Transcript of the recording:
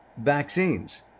vaccines